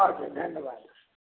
आओर जे धन्यवाद